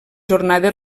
jornades